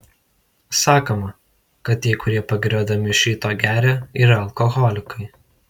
sakoma kad tie kurie pagiriodami iš ryto geria yra alkoholikai